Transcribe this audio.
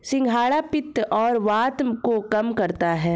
सिंघाड़ा पित्त और वात को कम करता है